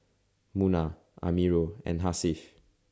Munah Amirul and Hasif